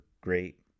great